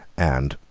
and,